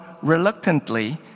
reluctantly